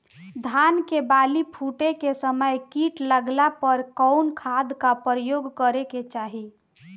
धान के बाली फूटे के समय कीट लागला पर कउन खाद क प्रयोग करे के चाही?